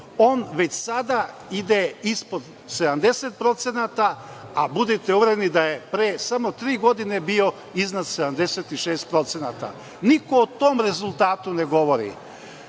On već sada ide ispod 70%, a budite uvereni da je pre samo tri godine bio iznad 76%. Niko o tom rezultatu ne govori,